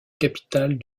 capitale